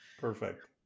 Perfect